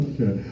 Okay